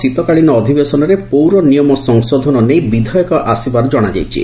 ଶୀତକାଳୀନ ଅଧିବେଶନରେ ପୌର ନିୟମ ସଂଶୋଧନ ନେଇ ବିଧେୟକ ଆସିବ ବୋଲି ଜଣାପଡିଛି